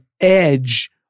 edge